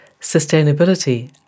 sustainability